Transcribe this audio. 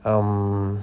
um